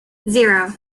zero